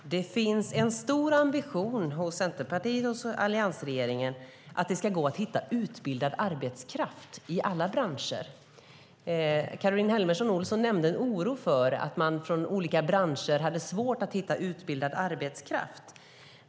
Fru talman! Det finns en stor ambition hos Centerpartiet och alliansregeringen att det ska gå att hitta utbildad arbetskraft i alla branscher. Caroline Helmersson Olsson nämnde en oro för att man i olika branscher har svårt att hitta utbildad arbetskraft.